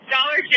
Dollar